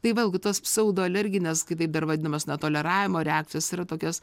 tai vėlgi tos pseudoalergines kitaip dar vadinamos netoleravimo reakcijos yra tokios